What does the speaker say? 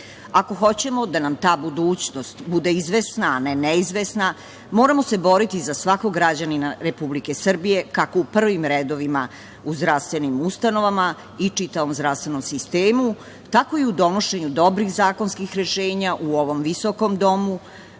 hoćemo da nam ta budućnost bude izvesna, a ne neizvesna moramo se boriti za svakog građanina Republike Srbije, kako u prvim redovima u zdravstvenim ustanovama i čitavom zdravstvenom sistemu, tako i u donošenju dobrih zakonskih rešenja u ovom visokom domu